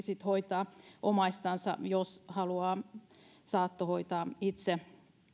sitten hoitaa omaistansa jos haluaa saattohoitaa itse